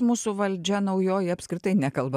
mūsų valdžia naujoji apskritai nekalba